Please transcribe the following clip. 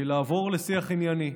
לעבור לשיח ענייני.